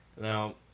now